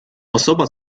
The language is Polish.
osoba